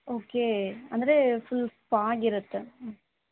okay ಅಂದ್ರೆ full ಸ್ಪಾಗಿರುತ್ತಾ